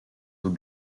will